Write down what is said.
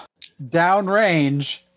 downrange